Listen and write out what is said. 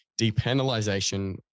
depenalization